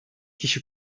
kişi